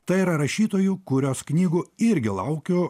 tai yra rašytojų kurios knygų irgi laukiu